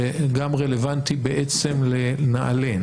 שהוא גם רלוונטי לנעל"ה.